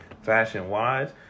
fashion-wise